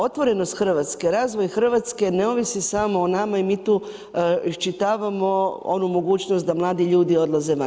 Otvorenost Hrvatske, razvoj Hrvatske ne ovisi samo o nama i mi tu iščitavamo onu mogućnost da mladi ljudi odlaze van.